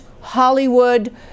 Hollywood